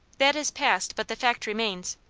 that is past, but the fact remains.